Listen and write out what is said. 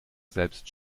selbst